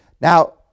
Now